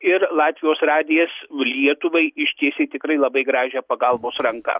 ir latvijos radijas lietuvai ištiesė tikrai labai gražią pagalbos ranką